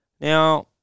Now